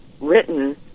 written